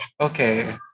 okay